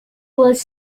with